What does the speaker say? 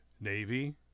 Navy